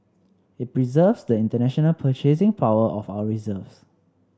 it preserves the international purchasing power of our reserves